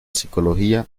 psicología